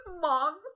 Mom